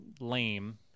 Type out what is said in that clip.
lame